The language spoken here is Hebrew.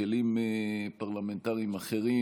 שכלים פרלמנטריים אחרים,